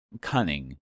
Cunning